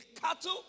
cattle